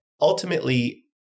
ultimately